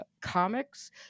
comics